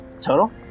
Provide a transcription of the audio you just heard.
Total